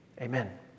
Amen